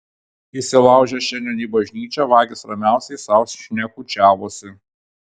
įsilaužę šiandien į bažnyčią vagys ramiausiai sau šnekučiavosi